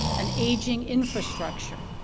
an aging infrastructure,